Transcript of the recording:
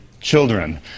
children